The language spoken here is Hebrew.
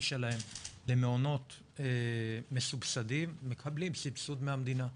שלהם למעונות מסובסדים מקבלים סבסוד מהמדינה.